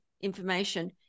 information